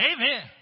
Amen